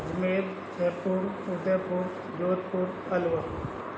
Ajmer Jodhpur Udaipur Jodhpur Alwar